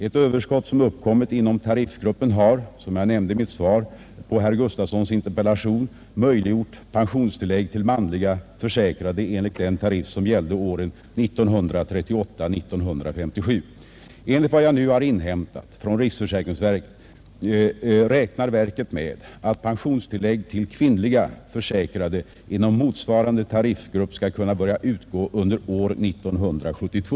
Ett överskott som uppkommit inom tariffgruppen har — som jag nämnde i mitt svar på herr Gustafsons interpellation — möjliggjort pensionstillägg till manliga försäkrade enligt den tariff som gällde åren 1938-1957. Enligt vad jag nu har inhämtat från riksförsäkringsverket räknar verket med att pensionstillägg till kvinnliga försäkrade inom motsvarande tariffgrupp skall kunna börja utgå under år 1972.